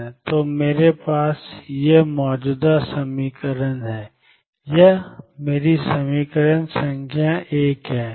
तो मेरे पास 22m ∞dmdxdndxdx ∞mVxndxEn ∞mndx है यह मेरी समीकरण संख्या 1 है